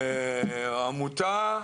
עמותה,